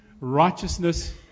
righteousness